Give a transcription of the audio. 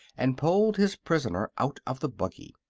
and pulled his prisoner out of the buggy.